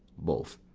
both.